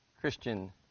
Christian